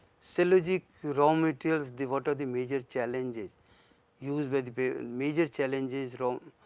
cellulosic raw materials the, what are the major challenges used by the ah and major challenges raw,